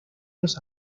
los